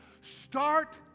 start